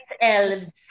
Elves